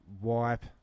wipe